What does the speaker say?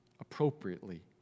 appropriately